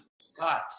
Scott